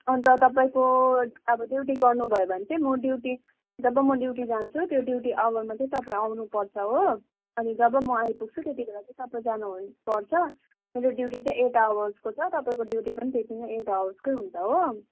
अन्त तपाईँको अब ड्युटी गर्नु भयो भने चाहिँ म ड्युटी जब म ड्युटी जान्छु त्यो ड्युटी आवरमा चाहिँ तपाईँ आउनुपर्छ हो अनि जब म आइपुग्छु त्यति बेला चाहिँ तपाईँ जानुहुन पर्छ मेरो ड्युटी चाहिँ एट आवर्सको छ तपाईँको ड्युटी पनि त्यति नै एट आवर्सकै हुन्छ हो